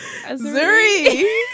Zuri